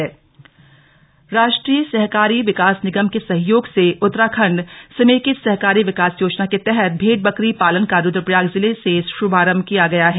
योजना शुभारंभ रुद्रप्रयाग राष्ट्रीय सहकारी विकास निगम के सहयोग से उत्तराखंड समेकित सहकारी विकास योजना के तहत भेड़ बकरी पालन का रुद्रप्रयाग जिले से शुभारंभ किया गया है